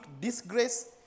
disgrace